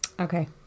Okay